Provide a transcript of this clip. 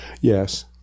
Yes